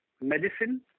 medicine